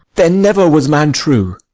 then never was man true.